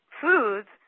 foods